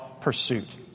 pursuit